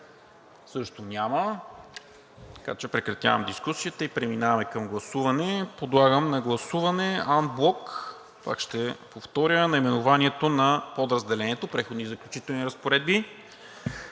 Също няма. Прекратявам дискусията и преминаваме към гласуване. Подлагам на гласуване анблок, пак ще повторя: наименованието на Подразделението „Преходни и заключителни разпоредби“